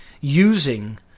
using